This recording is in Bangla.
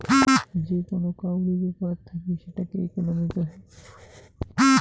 যে কোন কাউরি ব্যাপার থাকি সেটাকে ইকোনোমি কহে